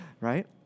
right